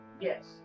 Yes